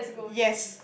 yes